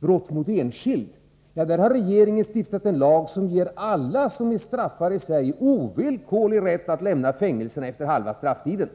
När det gäller brott mot enskild har regeringen stiftat en lag som ger alla som är straffade i Sverige ovillkorlig rätt att lämna fängelserna efter halva strafftiden.